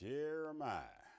Jeremiah